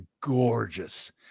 gorgeous